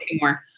more